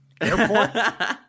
Airport